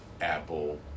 Apple